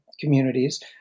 communities